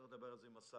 צריך לדבר על זה עם השר,